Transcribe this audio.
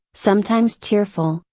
sometimes tearful,